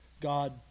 God